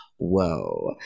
Whoa